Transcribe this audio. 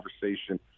conversation